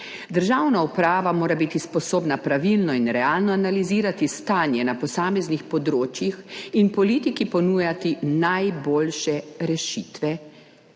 Državna uprava mora biti sposobna pravilno in realno analizirati stanje na posameznih področjih in politiki ponujati najboljše rešitve.